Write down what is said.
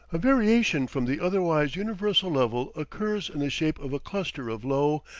a variation from the otherwise universal level occurs in the shape of a cluster of low,